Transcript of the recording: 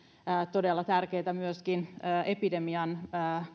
todella tärkeää myöskin epidemian